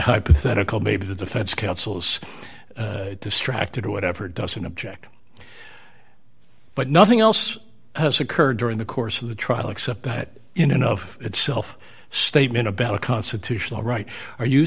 hypothetical maybe the defense counsels distracted or whatever doesn't object but nothing else has occurred during the course of the trial except that in and of itself statement about a constitutional right are you